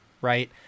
right